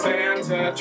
Santa